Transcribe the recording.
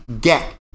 get